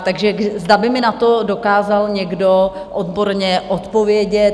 Takže zda by mi na to dokázal někdo odborně odpovědět.